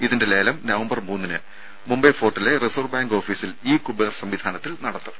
ഇതിന്റെ ലേലം നവംബർ മൂന്നിന് മുംബൈ ഫോർട്ടിലെ റിസർവ് ബാങ്ക് ഓഫീസിൽ ഇ കുബേർ സംവിധാനത്തിൽ നടത്തും